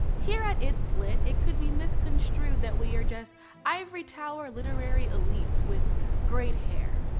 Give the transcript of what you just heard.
here at it's lit it could be misconstrued that we are just ivory tower literary elites with great hair,